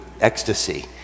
ecstasy